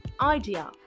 idea